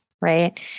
right